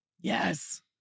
Yes